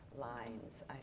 lines